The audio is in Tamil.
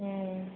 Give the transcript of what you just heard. ம் ம்